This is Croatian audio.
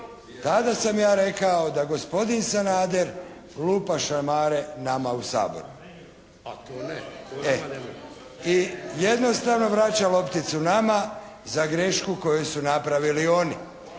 Tada sam ja rekao da gospodin Sanader lupa šamare nama u Saboru. …/Upadica se ne razumije./… I jednostavno vraća lopticu nama za grešku koju su napravili oni,